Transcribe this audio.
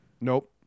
Nope